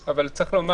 אפשר עוד הערות?